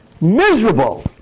miserable